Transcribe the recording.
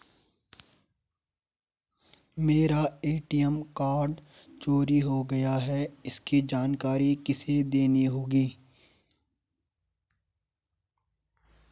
मेरा ATM card चोरी हो गया है इसकी जानकारी किसे देनी होगी?